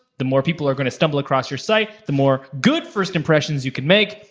the more people are gonna stumble across your site, the more good first impressions you could make,